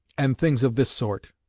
and things of this sort.